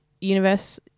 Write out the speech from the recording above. universe